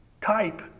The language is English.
type